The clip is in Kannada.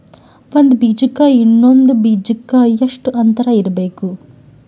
ಒಂದ್ ಬೀಜಕ್ಕ ಇನ್ನೊಂದು ಬೀಜಕ್ಕ ಎಷ್ಟ್ ಅಂತರ ಇರಬೇಕ್ರಿ?